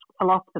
philosopher